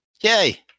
yay